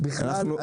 בכלל?